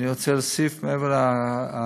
ואני רוצה להוסיף, מעבר לכתוב,